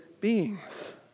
beings